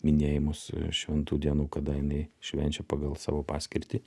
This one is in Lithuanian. minėjimus šventų dienų kada jinai švenčia pagal savo paskirtį